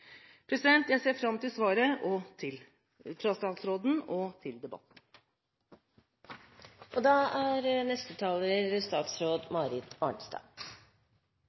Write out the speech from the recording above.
Jeg ser fram til svaret fra statsråden og til debatten. Som representanten Sønsterud viser til i interpellasjonen, er